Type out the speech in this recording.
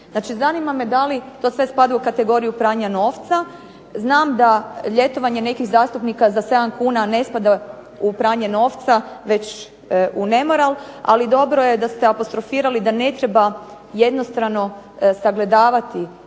zanima me da li to sve spada u kategoriju pranja novca. Znam da ljetovanje nekih zastupnika za 7 kuna ne spada u pranje novca, već u nemoral, ali dobro je da ste apostrofirali da ne treba jednostrano sagledavati